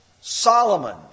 Solomon